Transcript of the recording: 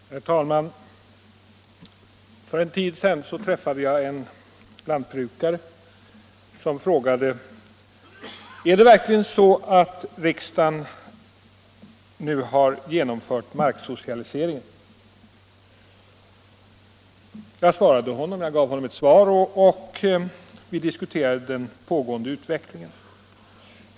Herr talman! För en tid sedan träffade jag en lantbrukare som frågade: ”Är det verkligen så att riksdagen nu har genomfört marksocialiseringen?” Jag svarade honom, och vi diskuterade den pågående utvecklingen.